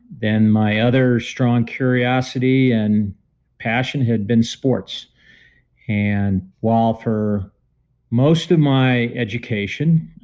then my other strong curiosity and passion had been sports and while for most of my education,